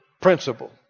principle